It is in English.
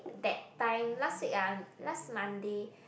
that time last week uh last Monday